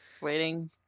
Waiting